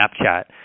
Snapchat